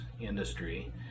industry